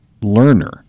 learner